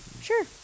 Sure